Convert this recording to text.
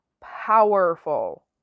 powerful